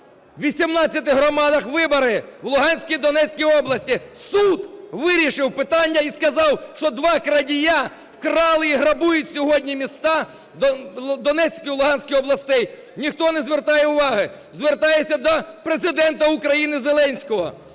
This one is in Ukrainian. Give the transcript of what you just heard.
у 18 громадах вибори у Луганській і Донецькій областях. Суд вирішив питання і сказав, що два крадія вкрали і грабують сьогодні міста Донецької і Луганської областей. Ніхто не звертає уваги! Звертаюся до Президента України Зеленського: